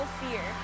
fear